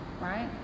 right